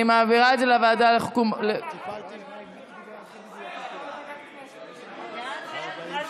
אני מעבירה את זה לוועדה, ועדת החוקה, אני מבקש.